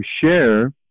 share